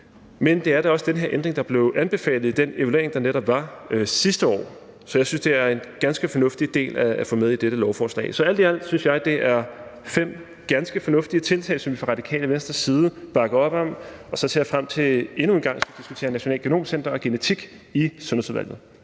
men det var da også den her ændring, der blev anbefalet i den evaluering, der netop var sidste år. Så jeg synes, det er en ganske fornuftig del at få med i dette lovforslag. Så alt i alt synes jeg, det er fem ganske fornuftige tiltag, som vi fra Radikale Venstres side bakker op om, og jeg ser frem til endnu en gang at skulle diskutere Nationalt Genom Center og genetik i Sundhedsudvalget.